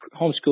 homeschool